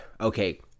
okay